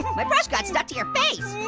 my brush got stuck to your face.